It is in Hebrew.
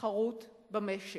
תחרות במשק.